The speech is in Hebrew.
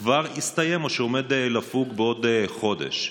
כבר הסתיים או שעומד לפוג בעוד חודש,